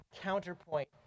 counterpoint